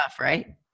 right